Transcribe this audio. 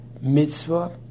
mitzvah